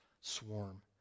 swarm